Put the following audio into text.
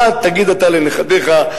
ומה תגיד אתה לנכדיך,